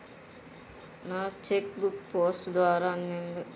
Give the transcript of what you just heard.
నా cheque book post ద్వారా అందింది